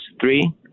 three